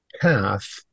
path